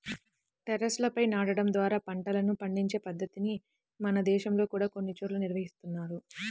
టెర్రస్లపై నాటడం ద్వారా పంటలను పండించే పద్ధతిని మన దేశంలో కూడా కొన్ని చోట్ల నిర్వహిస్తున్నారు